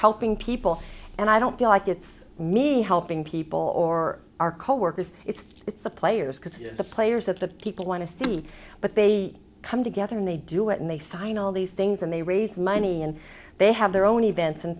helping people and i don't feel like it's me helping people or our coworkers it's the players because the players that the people want to see but they come together and they do it and they sign all these things and they raise money and they have their own events and